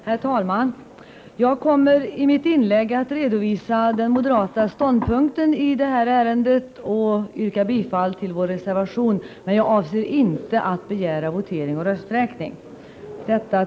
Herr talman! Jag kommer i mitt inlägg att redovisa den moderata ståndpunkten i detta ärende och yrka bifall till vår reservation, men jag avser inte att begära votering och rösträkning.